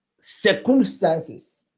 circumstances